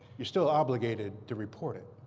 you're still obligated to report it.